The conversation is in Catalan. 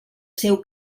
seu